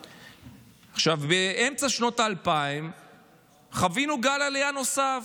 עכשיו, באמצע שנות האלפיים חווינו גל עלייה נוסף,